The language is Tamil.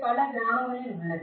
பல கிராமங்களில் உள்ளது